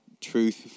truth